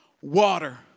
water